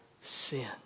sin